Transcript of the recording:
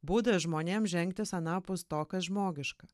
būdas žmonėm žengtis anapus to kas žmogiška